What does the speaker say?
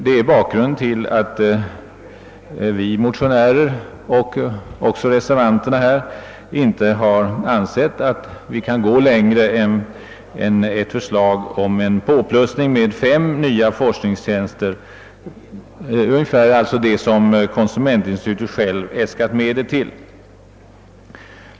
Detta är bakgrunden till att vi motionärer och även reservanterna inte har ansett att vi kan gå längre än till ett förslag om fem nya forskartjänster, alltså vad konsumentinstitutet självt äskat medel till.